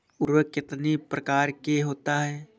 उर्वरक कितनी प्रकार के होता हैं?